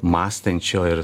mąstančio ir